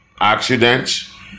accidents